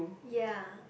ya